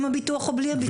עם הביטוח ובלי הביטוח.